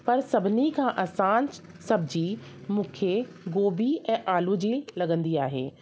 पर सभिनी खां आसान सब्जी मूंखे गोभी ऐं आलू जी लॻंदी आहे